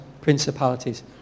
principalities